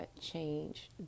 change